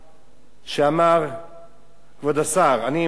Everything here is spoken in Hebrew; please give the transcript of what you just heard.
כבוד השר, אני מצטט אותך, ותאמר אם אני טועה.